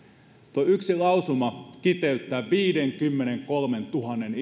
tuo yksi lausuma kiteyttää viiteenkymmeneenkolmeentuhanteen